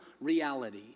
reality